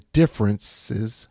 differences